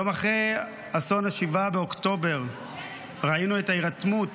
יום אחרי אסון 7 באוקטובר ראינו את ההירתמות